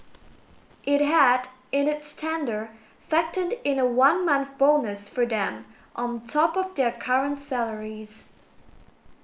it had in its tender factored in a one month bonus for them on top of their current salaries